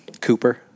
Cooper